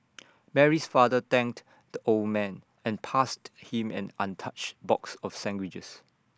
Mary's father thanked the old man and passed him an untouched box of sandwiches